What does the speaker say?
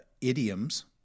idioms